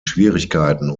schwierigkeiten